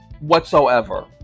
whatsoever